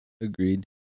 agreed